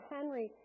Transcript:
Henry